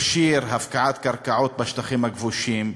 הכשיר הפשרת קרקעות בשטחים הכבושים,